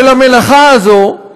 ולמלאכה הזאת,